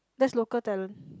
that's local talent